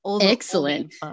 Excellent